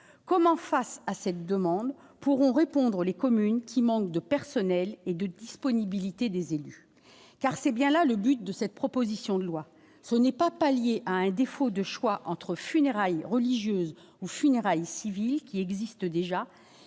comment face à cette demande pourront répondre les communes qui manque de personnel et de disponibilité des élus car c'est bien là le but de cette proposition de loi, ce n'est pas pas lié à un défaut de choix entre funérailles religieuses aux funérailles civiles qui existe déjà,